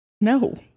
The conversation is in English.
No